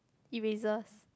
erasers